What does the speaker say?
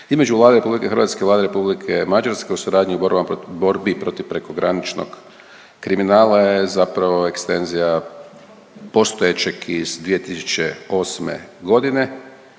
Hrvatske i Vlade Republike Mađarske o suradnji i borbama, borbi protiv prekograničnog kriminala je zapravo ekstenzija postojećeg iz 2008. godine